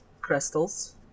crystals